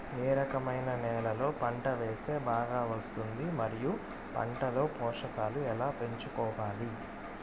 ఏ రకమైన నేలలో పంట వేస్తే బాగా వస్తుంది? మరియు పంట లో పోషకాలు ఎలా పెంచుకోవాలి?